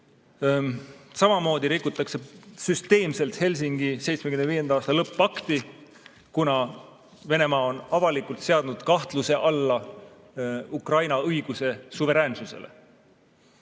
Samamoodi rikutakse süsteemselt Helsingi 1975. aasta lõpp-pakti, kuna Venemaa on avalikult seadnud kahtluse alla Ukraina õiguse suveräänsusele.